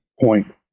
point